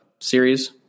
series